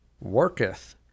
worketh